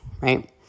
right